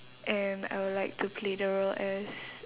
and I would like to play the role as